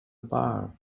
bar